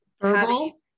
Verbal